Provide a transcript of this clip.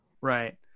right